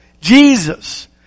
Jesus